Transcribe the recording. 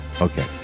Okay